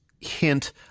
hint